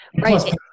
Right